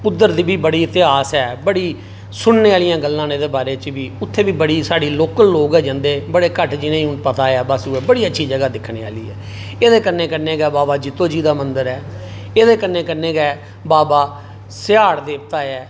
उधर दी बी बड़ी इतेहास ऐ बड़ी सुनने आह्लियां गल्लां न एह्दे बारे जंदे बड़े जि'नेंई ओह्दा पता ऐ बस बड़ी अच्छी जगह् ऐ दिक्खने आह्ली ऐ एह्दे कन्नै कन्नै बाबा जित्तो जी मंदर ऐ एह्दे गन्नै कन्नै बाबा सिहाड़ देवता ऐ